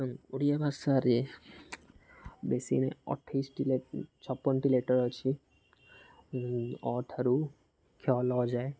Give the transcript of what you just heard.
ଓଡ଼ିଆ ଭାଷାରେ ବେଶୀ ଅଠେଇଶି ଛପନଟି ଲେଟର୍ ଅଛି ଅ ଠାରୁ କ୍ଷ ଲ ଯାଏ